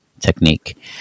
technique